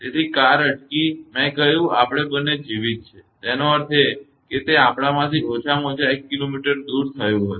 તેથી કાર અટકી મેં કહ્યું આપણે બંને જીવંત છીએ તેનો અર્થ એ કે તે આપણાથી ઓછામાં ઓછા 1 કિલોમીટર દૂર થયું હશે